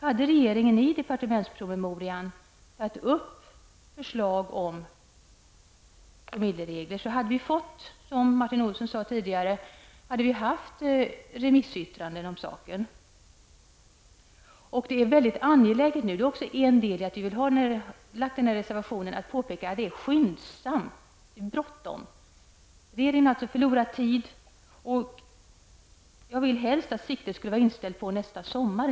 Hade regeringen i departementspromemorian lagt fram förslag om en promillereglering, hade vi, som Martin Olsson sade tidigare, haft remissyttranden om saken. Det är väldigt angeläget -- det är också en anledning till vår reservation -- att påpeka att det är bråttom. Regeringen har förlorat tid. Jag ville helst att siktet skulle vara inställt på nästa sommar.